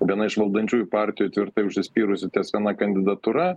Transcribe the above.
viena iš valdančiųjų partijų tvirtai užsispyrusi ties viena kandidatūra